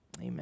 amen